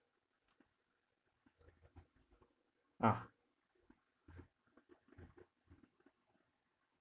ah